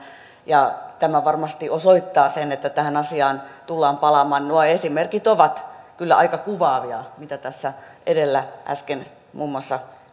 ja tämä varmasti osoittaa sen että tähän asiaan tullaan palaamaan nuo esimerkit ovat kyllä aika kuvaavia mitä äsken tässä edellä muun muassa